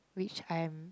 which I am